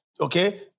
Okay